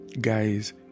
guys